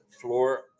floor